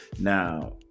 now